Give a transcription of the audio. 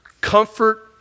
comfort